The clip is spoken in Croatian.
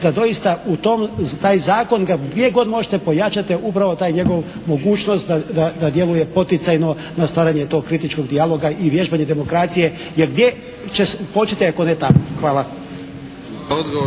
da doista u tom, taj zakon ga gdje god možete pojačati je upravo taj njegov mogućnost da djeluje poticajno na stvaranje tog kritičkog dijaloga i vježbanje demokracije, jer gdje će početi ako ne tamo. Hvala.